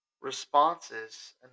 responses